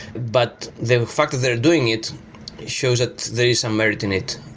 but the fact that they're doing it shows that there is some merit in it.